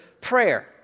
prayer